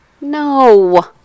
No